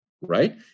right